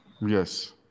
Yes